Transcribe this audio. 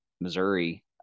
Missouri